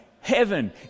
heaven